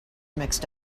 mixed